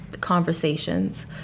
conversations